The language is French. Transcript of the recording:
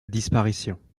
disparition